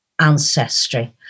Ancestry